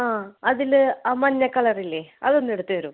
ആ അതിൽ ആ മഞ്ഞ കളറില്ലേ അതൊന്ന് എടുത്ത് തരുവോ